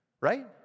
right